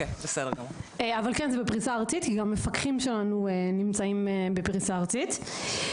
זה בפריסה ארצית וגם המפקחים שלנו נמצאים בפריסה ארצית.